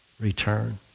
return